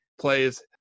plays